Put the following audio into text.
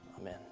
Amen